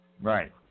Right